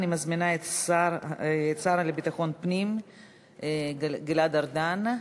אני מזמינה את השר לביטחון הפנים גלעד ארדן.